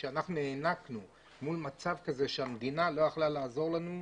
אנחנו נאנקנו מול מצב שהמדינה לא יכלה לעזור לנו,